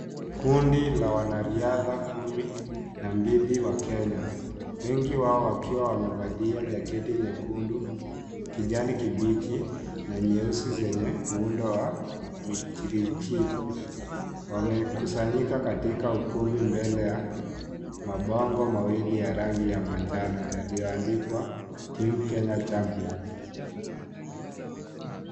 Kundi la wanariadha kumi, na mbili wa Kenya, wengi wao wakiwa wamevalia jaketi jekundu, kijani kibichi, na nyeusi zenye muundo wa, michirichiri, wamekusanyika katika ukumbi mbele ya, mabango mawili ya rangi ya manjano yaliyoandikwa, (cs)team Kenya champion(cs).